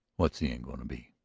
what's the end going to be?